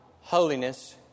holiness